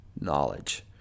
knowledge